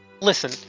Listen